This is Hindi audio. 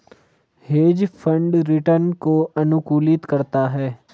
हेज फंड रिटर्न को अनुकूलित करता है